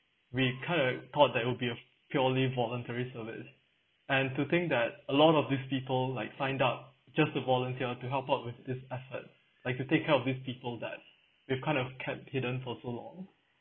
we kind of like thought that it would be a purely voluntary service and to think that a lot of these people like signed up just to volunteer to help out with this effort like to take care of these people that they've kind of kept hidden for so long